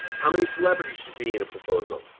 how many celebrities should be in a proposal?